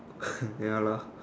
ya lah